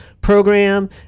program